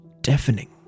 deafening